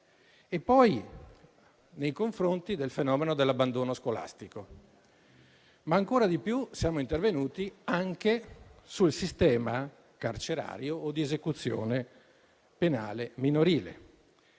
nei confronti del fenomeno dell'abbandono scolastico, ma ancor di più siamo intervenuti sul sistema carcerario o di esecuzione penale minorile